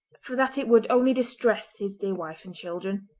for that it would only distress his dear wife and children.